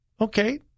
Okay